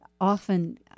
often